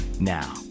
Now